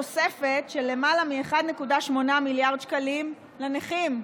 תוספת של למעלה מ-1.8 מיליארד שקלים לנכים,